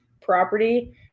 property